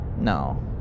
No